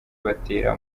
batera